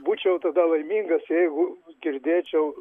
būčiau tada laimingas jeigu girdėčiau